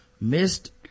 missed